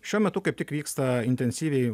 šiuo metu kaip tik vyksta intensyviai